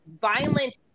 violent